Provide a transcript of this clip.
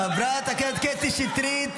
חברת הכנסת קטי שטרית,